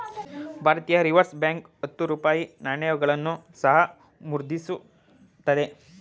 ಭಾರತೀಯ reserve bank ಹತ್ತು ರೂಪಾಯಿ ನಾಣ್ಯಗಳನ್ನು ಸಹ ಮುದ್ರಿಸುತ್ತಿದೆ